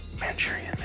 Manchurian